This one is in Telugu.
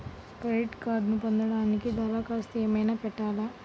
క్రెడిట్ కార్డ్ను పొందటానికి దరఖాస్తు ఏమయినా పెట్టాలా?